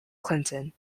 clinton